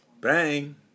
Bang